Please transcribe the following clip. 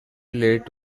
related